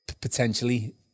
Potentially